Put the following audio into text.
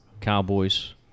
Cowboys